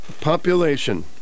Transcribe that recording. Population